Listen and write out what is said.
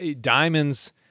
diamonds